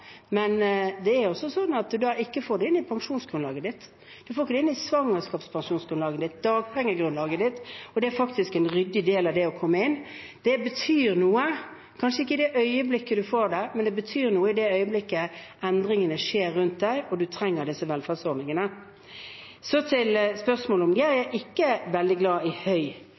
men da får en det ikke inn i pensjonsgrunnlaget, svangerskapspermisjonsgrunnlaget eller dagpengegrunnlaget sitt. Det er faktisk en ryddig del av det å komme inn. Det betyr kanskje ikke noe i det øyeblikket en får det, men det betyr noe i det øyeblikket endringene skjer rundt en og en trenger disse velferdsordningene. Så til spørsmålet om el. Jeg er ikke veldig glad i høy